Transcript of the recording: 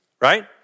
right